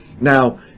now